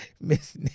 Miss